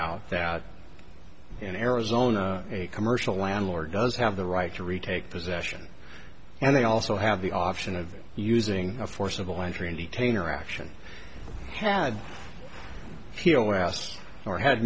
out that in arizona a commercial landlord does have the right to retake possession and they also have the option of using a forcible entry in the tain or action pad